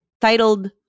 Titled